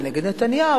זה נגד נתניהו,